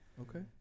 Okay